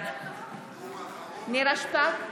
בעד נירה שפק,